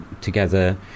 together